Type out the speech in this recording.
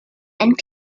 and